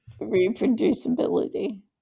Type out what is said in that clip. reproducibility